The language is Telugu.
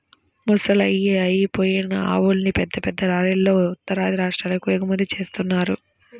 ముసలయ్యి అయిపోయిన ఆవుల్ని పెద్ద పెద్ద లారీలల్లో ఉత్తరాది రాష్ట్రాలకు ఎగుమతి జేత్తన్నారు